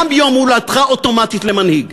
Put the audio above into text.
גם ביום הולדתך אוטומטית למנהיג.